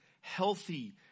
healthy